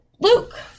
Luke